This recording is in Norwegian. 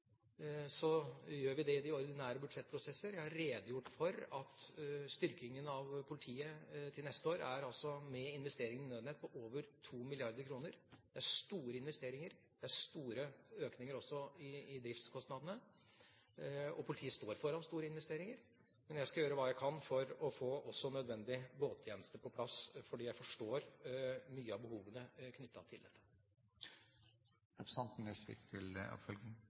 i de ordinære budsjettprosesser. Jeg har redegjort for at styrkingen av politiet til neste år – med investeringene i Nødnett – er på over 2 mrd. kr. Det er store investeringer, det er store økninger også i driftskostnadene, og politiet står overfor store investeringer. Men jeg skal gjøre hva jeg kan for også å få nødvendig båttjeneste på plass, for jeg forstår mange av behovene knyttet til